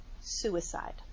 suicide